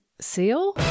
Seal